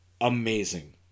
amazing